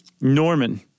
Norman